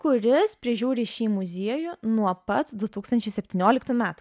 kuris prižiūri šį muziejų nuo pat du tūkstančiai septynioliktų metų